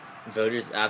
Voters